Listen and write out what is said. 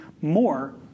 more